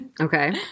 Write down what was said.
Okay